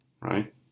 Right